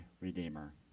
Redeemer